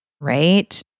right